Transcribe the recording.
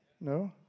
No